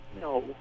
No